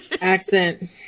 accent